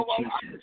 Jesus